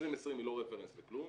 2020 היא לא רפרנס לכלום,